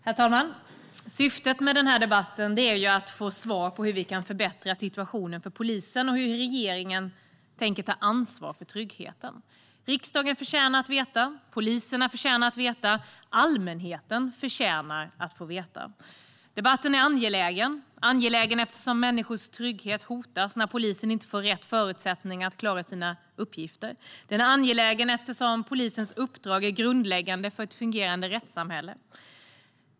Herr talman! Syftet med denna debatt är att få svar på hur vi kan förbättra situationen för polisen och hur regeringen tänker ta ansvar för tryggheten. Riksdagen, poliserna och allmänheten förtjänar att få veta detta. Debatten är angelägen eftersom människors trygghet hotas när polisen inte får rätt förutsättningar att klara sina uppgifter. Den är angelägen eftersom polisens uppdrag är grundläggande för ett fungerade rättssamhälle.